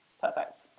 Perfect